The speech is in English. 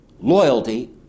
loyalty